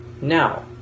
Now